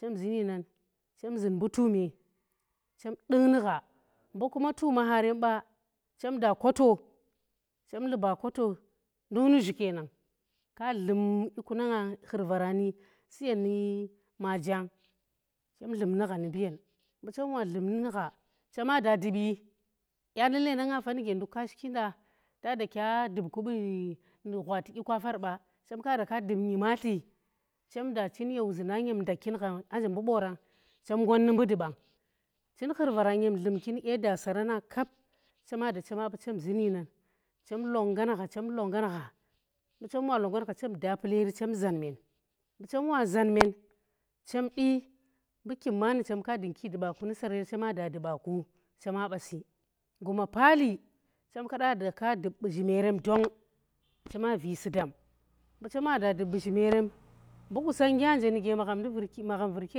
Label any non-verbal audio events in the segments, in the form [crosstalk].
chem zun mbu tuume chem dukhnu gha mbu kuma tuma harem ba chem da koto chem luba koto nduk nu zhu kenan ke dlum dyi ku nang, khur vara ni suyen nu maji chem dlum nu gha mbu yen mbu chem wa dlum nugha, chem da dubi dya nu lendanga fe nuge nduk ka shiki nda ta da kya dub kubunu gwati dyi kwa far ba kada ke dub nyimatli, [noise] chem da chin ye wuzinda ni nyem ndakh kin gha aa nje mbu boorang chem ngot nu mbu dubang chi khurrava nyem dlumki nu dye da sarana kap chema da chema ba chemzun yinan chem longan gha, [noise] chem lo ngan gha mbu chemwa longan gha chem da pulari chem zan men mbu chem wa zan men, [noise] chemdi mbu kib maanu chemka dung ki duba ku nusar yer chema da du ba ku chema ba si guma paali chemlea da daka dub bu zhimerem dong, chema visi dam mbu chema da dub bu zhinerem mbu qusongnggya nje nuge magham ndi virki magham virki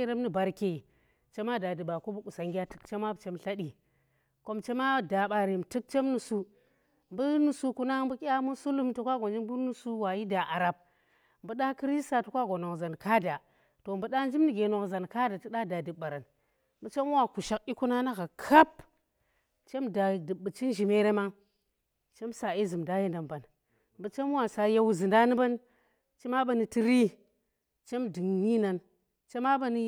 yerem nu barke chema da dubaku bu qusongnggya tuk chema ba chem tladi kom chema da barem tuk chem nusu mbu nusuku na mbu dya musulum to ka gwa njib ngur nusu wa yi da arap mbu da krista toka gwa nokzan kaa da, [noise] to mbu da njib nuge nokzan kaada toda da dub baran, mbu chem wa kushach dyi ku nar nu gha kap, chem da dub bu chin zhime rama chem sa dye zumnda yendan mban, [noise] mbu chem wa saye wuzinda nu mban, chema ba nu.